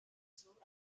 sohn